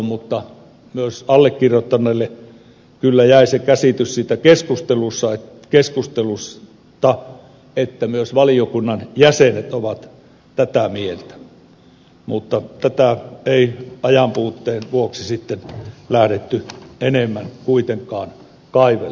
mutta myös allekirjoittaneelle kyllä jäi se käsitys siitä keskustelusta että myös valiokunnan jäsenet ovat tätä mieltä mutta tätä ei ajanpuutteen vuoksi sitten lähdetty enemmän kuitenkaan kaivelemaan